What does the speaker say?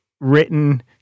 written